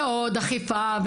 ועוד אכיפה,